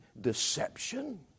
deception